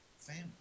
family